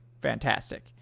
Fantastic